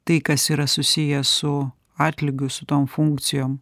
tai kas yra susiję su atlygiu su tom funkcijom